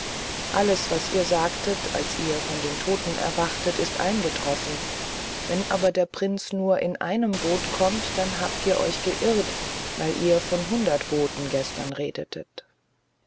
alles was ihr sagtet als ihr von den toten erwachtet ist eingetroffen wenn aber der prinz nur in einem boot kommt dann habt ihr euch geirrt weil ihr von hundert booten gestern redetet